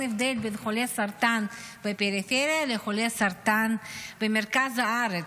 הבדל בין חולה סרטן בפריפריה לחולה סרטן במרכז הארץ.